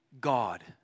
God